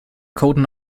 coden